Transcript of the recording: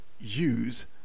use